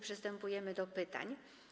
Przystępujemy do pytań.